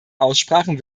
aussprachen